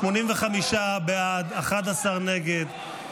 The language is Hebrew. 85 בעד, 11 נגד.